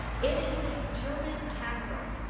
it is a german castle.